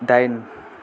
दाइन